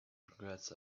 regrets